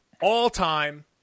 All-time